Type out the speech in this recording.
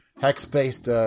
Hex-based